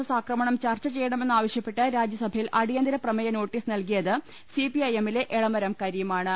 S ആക്രമണം ചർച്ച ചെയ്യണമെന്നാവശൃപ്പെട്ട് രാജൃസഭയിൽ അടിയന്തര പ്രമേയ നോട്ടീസ് നൽകിയത് സിപിഐഎമ്മിലെ എളമരം കരീം ആണ്